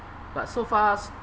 but so far